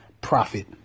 profit